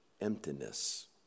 emptiness